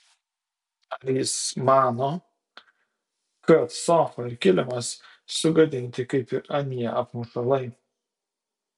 ar jis mano kad sofa ir kilimas sugadinti kaip ir anie apmušalai